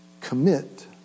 commit